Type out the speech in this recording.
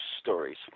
stories